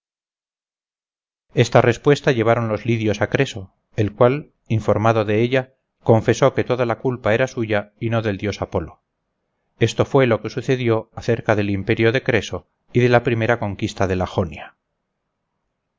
esta respuesta llevaron los lidios a creso el cual informado de ella confesó que toda la culpa era suya y no del dios apolo esto fue lo que sucedió acerca del imperio de creso y de la primera conquista de la jonia